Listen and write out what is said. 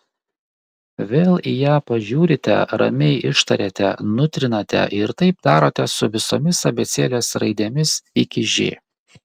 vėl į ją pažiūrite ramiai ištariate nutrinate ir taip darote su visomis abėcėlės raidėmis iki ž